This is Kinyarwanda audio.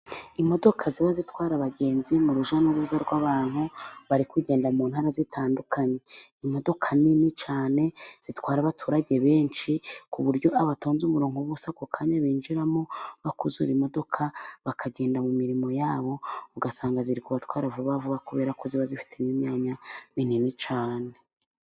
Imodoka ziba zitwara abagenzi mu rujya n'uruza rw'abantu bari kugenda mu ntara zitandukanye, imodoka nini cyane zitwara abaturage benshi ku buryo abatonze umurongo bose ako kanya binjiramo, bakuzura imodoka bakagenda mu mirimo yabo. Usanga ziri ku kubatwara vuba vuba kubera ko ziba zifite imyanya minini cyane.